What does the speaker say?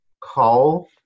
call